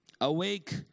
Awake